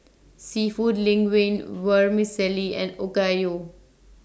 Seafood Linguine Vermicelli and Okayu